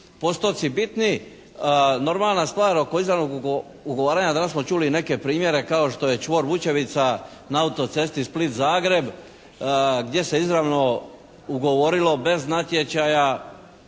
postoci bitni. Normalna stvar oko izravnog ugovaranja danas smo čuli i neke primjere kao što je čvor Vučevica na autocesti Split-Zagreb gdje se izravno ugovorilo bez natječaja